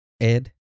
Ed